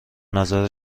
نظر